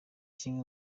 kimwe